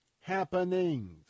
happenings